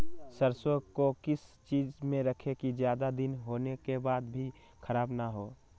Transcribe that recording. सरसो को किस चीज में रखे की ज्यादा दिन होने के बाद भी ख़राब ना हो?